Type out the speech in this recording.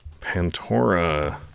Pantora